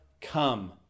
come